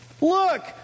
Look